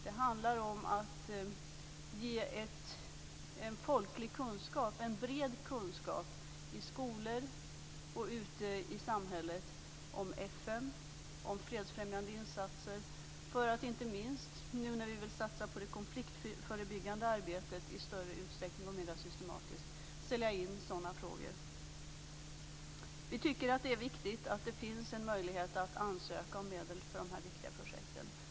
Det handlar om att ge en folklig kunskap, en bred kunskap, i skolor och ute i samhället om FN och om fredsfrämjande insatser för att, inte minst nu när vi vill satsa på det konfliktförebyggande arbetet, i större utsträckning och mer systematiskt sälja in sådana frågor. Vi tycker att det är viktigt att det finns en möjlighet att ansöka om medel för de här viktiga projekten.